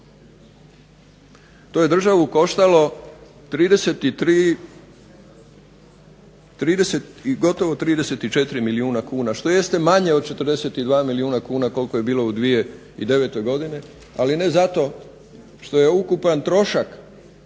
To je državu koštalo 33, gotovo 34 milijuna kuna što jeste manje od 42 milijuna kuna koliko je bilo u 2009. godini, ali ne zato što je ukupan trošak